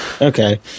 Okay